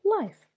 life